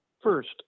First